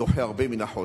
דוחה הרבה מן החושך.